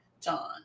john